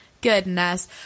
Goodness